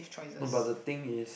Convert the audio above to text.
no but the thing is